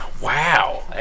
wow